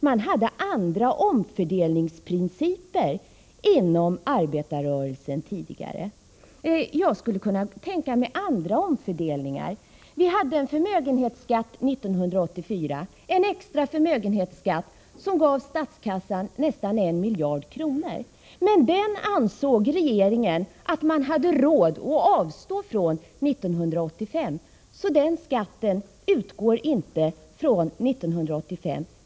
Man hade andra omfördelningsprinciper inom arbetarrörelsen tidigare. Jag kan tänka mig andra omfördelningar. Vi hade en extra förmögenhetsskatt 1984, som gav statskassan nästan 1 miljard. Men det ansåg regeringen att vi hade råd att avstå från, så den skatten utgår inte från 1985.